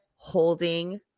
holding